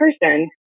person